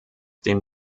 den